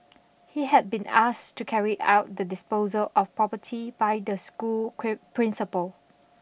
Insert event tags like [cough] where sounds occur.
he had been asked to carry out the disposal of property by the school [unintelligible] principal